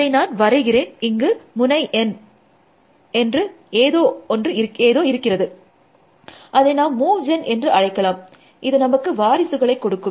அதை நான் வரைகிறேன் இங்கு முனை N என்று எதோ இருக்கிறது அதை நாம் மூவ் ஜென் என்று அழைக்கலாம் இது நமக்கு வாரிசுகளை கொடுக்கும்